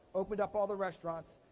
opened up all the restaurants,